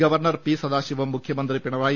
governor P Sadasivam മുഖ്യമന്ത്രി പിണറായി